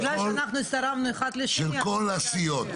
בגלל שאנחנו הצטרפנו אחד לשני --- של כל הסיעות.